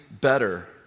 better